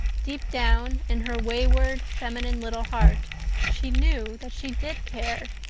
deep down in her wayward, feminine little heart she knew that she did care,